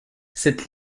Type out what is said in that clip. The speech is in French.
cette